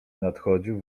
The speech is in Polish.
nadchodził